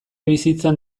bizitzan